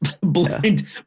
blind